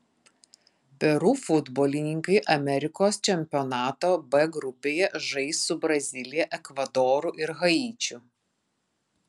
peru futbolininkai amerikos čempionato b grupėje žais su brazilija ekvadoru ir haičiu